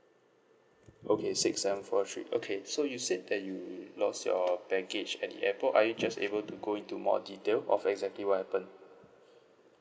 okay six seven four three okay so you said that you lost your baggage at the airport are you just able to go into more detail of exactly what happened